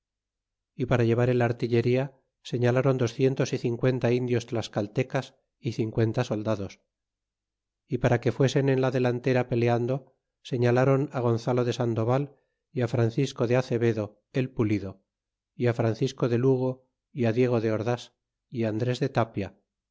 y para llevar el artillería señaláron doscientos y cincuenta indios tlascaltecas y cincuenta soldados y para que fuesen en la delantera peleando señalron gonzalo de sandoval y francisco de azevedo el pulido y francisco de lugo y diego de ordas é andres de tapia